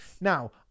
Now